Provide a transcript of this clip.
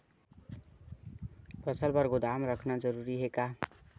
फसल बर गोदाम रखना जरूरी हे का?